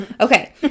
Okay